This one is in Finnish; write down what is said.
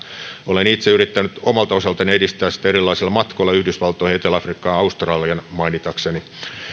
olen itse yrittänyt omalta osaltani edistää sitä erilaisilla matkoilla yhdysvaltoihin etelä afrikkaan ja australiaan joitakin mainitakseni